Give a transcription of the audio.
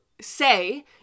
say